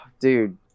dude